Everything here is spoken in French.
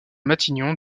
matignon